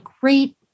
great